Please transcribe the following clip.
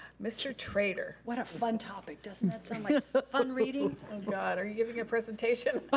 mr. trader. what a fun topic, doesn't that sound like fun reading? oh god, are you giving a presentation?